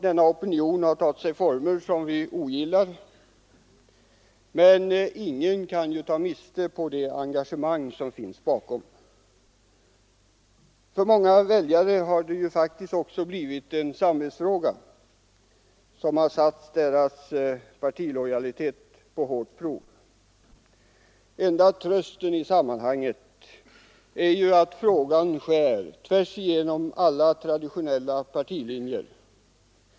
Denna opinion har ibland tagit sig former som vi ogillar, men ingen kan ta miste på det engagemang som finns bakom. För många väljare har det faktiskt också blivit en samvetsfråga som har satt deras partilojalitet på hårt prov. Enda trösten i sammanhanget är ju att frågan skär tvärsigenom alla traditionella partilinjer.